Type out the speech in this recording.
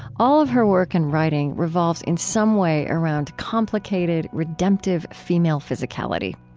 all of her work and writing revolves in some way around complicated, redemptive female physicality.